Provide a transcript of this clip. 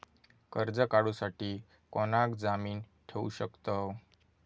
कर्ज काढूसाठी कोणाक जामीन ठेवू शकतव?